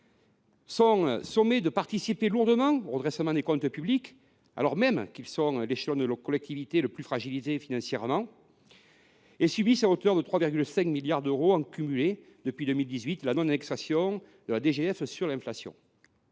sont sommés de participer activement au redressement des comptes publics, alors même qu’ils sont l’échelon de collectivité le plus fragilisé financièrement, et ils subissent à hauteur de 3,5 milliards d’euros en cumulé depuis 2018 la non indexation de la dotation